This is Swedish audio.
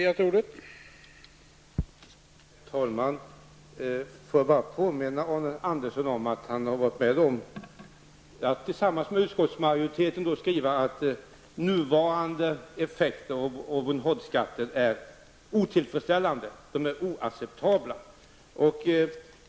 Herr talman! Får jag påminna Arne Andersson i Gamleby om att han tillsammans med utskottsmajoriteten står bakom skrivningen i betänkandet, att den nuvarande utformningen av Robin Hood-skatten är otillfredsställande och oacceptabel.